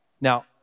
Now